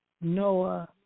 Noah